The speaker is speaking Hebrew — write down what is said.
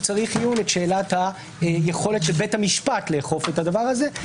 צריך עיון את שאלת היכולת של בית המשפט לאכוף את הדבר הזה.